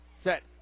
Set